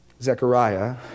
Zechariah